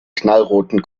knallroten